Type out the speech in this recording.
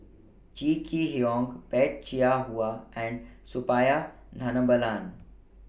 Kee Hiong Peh Chin Hua and Suppiah Dhanabalan